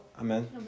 amen